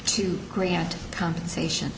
to grant compensation